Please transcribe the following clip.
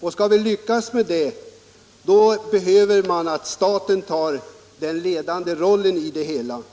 För att vi skall lyckas med det krävs att staten spelar den ledande rollen på området.